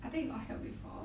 I think you got hear before